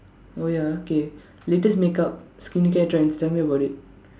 oh ya okay latest make up skincare trends tell me about it